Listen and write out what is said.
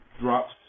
drops